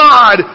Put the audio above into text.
God